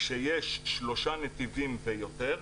כשיש שלושה נתיבים ויותר,